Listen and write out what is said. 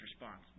response